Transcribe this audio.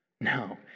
No